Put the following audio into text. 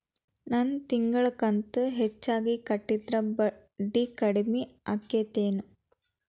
ನನ್ ತಿಂಗಳ ಕಂತ ಹೆಚ್ಚಿಗೆ ಕಟ್ಟಿದ್ರ ಬಡ್ಡಿ ಕಡಿಮಿ ಆಕ್ಕೆತೇನು?